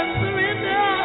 surrender